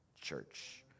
church